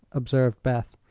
observed beth.